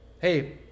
hey